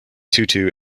tutu